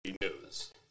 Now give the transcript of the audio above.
news